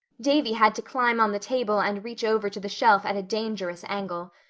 davy had to climb on the table and reach over to the shelf at a dangerous angle.